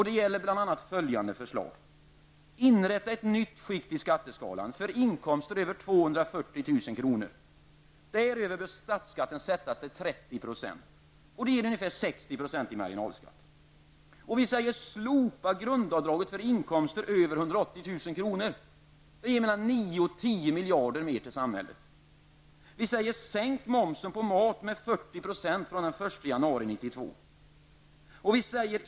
Det gäller bl.a. följande förslag: Inrätta ett nytt skikt i skatteskalan för inkomster över 240 000 kr. Däröver bör statsskatten sättas till 30 %. Det ger ca 60 % i marginalskatt. Slopa grundavdraget för inkomster över 180 000 kr. Det ger mellan 9 och 10 miljarder mer till samhället. 1992.